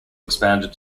expanded